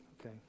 Okay